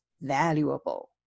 valuable